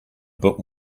bit